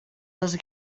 les